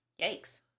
Yikes